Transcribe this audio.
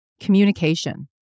Communication